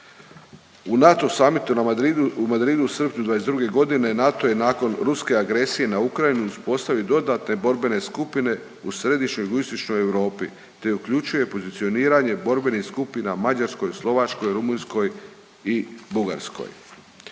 na Madridu, u Madridu u srpnju '22. g. NATO je nakon ruske agresije na Ukrajinu uspostavio dodatne borbene skupine u središnjoj jugoistočnoj Europi te uključuje pozicioniranje borbenih skupina Mađarskoj, Slovačkoj, Rumunjskoj i Bugarskoj.